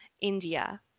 India